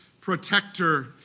protector